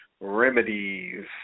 remedies